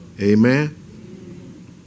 Amen